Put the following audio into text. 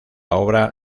obra